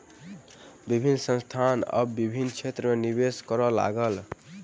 विभिन्न संस्थान आब विभिन्न क्षेत्र में निवेश करअ लागल